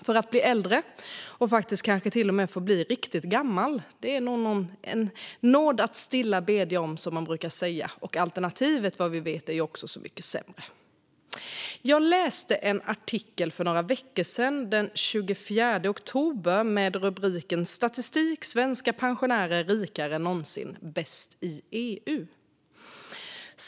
Att få bli äldre och kanske till och med riktigt gammal är ju en nåd att stilla bedja om, som man brukar säga - och alternativet är, vad vi vet, mycket sämre. Jag läste en artikel för några veckor sedan, den 24 oktober, med rubriken "Statistik: Svenska pensionärer rikare än någonsin - bäst i hela EU".